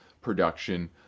production